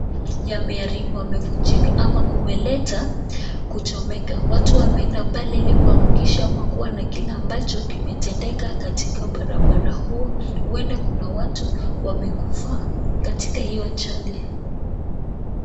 Yameharibu wamevunjika ama kumeleta kuchomeka, watu wameenda pale ili kuhakikisha kuwa kile ambacho kimetendeka katika barabara huo, huenda kuna watu wamekufa katika hio ajali.